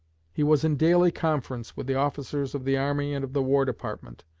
he was in daily conference with the officers of the army and of the war department,